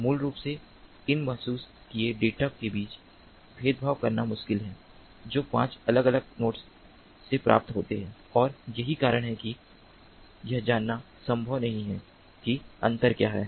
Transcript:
मूल रूप से इन महसूस किए डेटा के बीच भेदभाव करना मुश्किल है जो 5 अलग अलग नोड्स से प्राप्त होते हैं और यही कारण है कि यह जानना संभव नहीं है कि अंतर क्या है